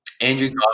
Andrew